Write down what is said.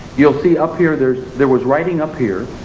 you'll see up here, there there was writing up here,